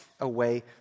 away